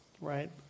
right